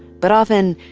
but often,